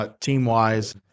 team-wise